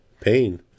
pain